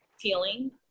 feeling